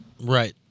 Right